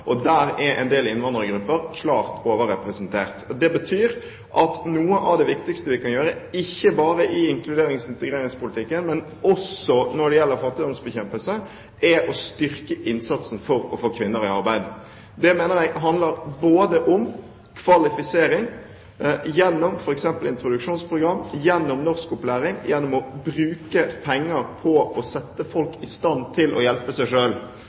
del innvandrergrupper klart overrepresentert. Det betyr at noe av det viktigste vi kan gjøre – ikke bare i inkluderings- og integreringspolitikken, men også når det gjelder fattigdomsbekjempelse – er å styrke innsatsen for å få kvinner i arbeid. Det mener jeg handler om kvalifisering gjennom f.eks. introduksjonsprogram, gjennom norskopplæring og gjennom å bruke penger på å sette folk i stand til å hjelpe seg